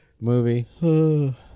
Movie